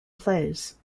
plays